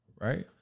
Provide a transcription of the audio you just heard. Right